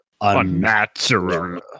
unnatural